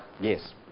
yes